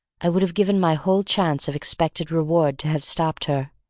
i would have given my whole chance of expected reward to have stopped her.